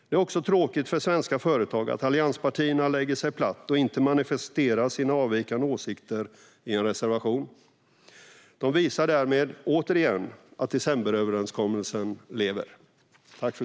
Det är också tråkigt för svenska företag att allianspartierna lägger sig platt och inte manifesterar sina avvikande åsikter i en reservation. De visar därmed, återigen, att decemberöverenskommelsen lever.